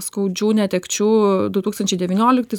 skaudžių netekčių du tūkstančiai devynioliktais